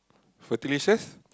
food delicious